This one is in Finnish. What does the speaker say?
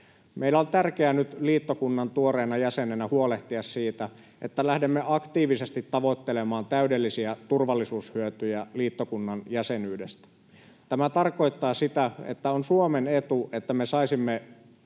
Meille on tärkeää nyt liittokunnan tuoreena jäsenenä huolehtia siitä, että lähdemme aktiivisesti tavoittelemaan täydellisiä turvallisuushyötyjä liittokunnan jäsenyydestä. Tämä tarkoittaa sitä, että on Suomen etu, että me saisimme